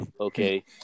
okay